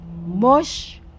mush